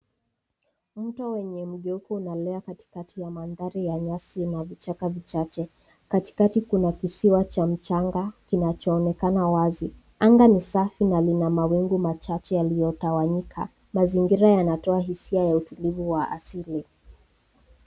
Mto wenye mgeuko unalea katikati ya mandhari ya nyasi na vichaka vichache. Katikati kuna kisiwa cha mchanga kinachoonekana wazi. Anga ni safi na lina mawingu machache yaliyotawanyika. Mazingira yanatoa hisia ya tulivu wa asili.